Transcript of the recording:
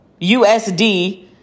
USD